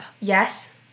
Yes